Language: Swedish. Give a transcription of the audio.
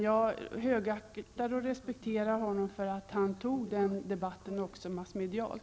Jag högaktar och respekterar honom för att han förde den debatten även massmedialt.